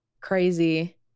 crazy